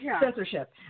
Censorship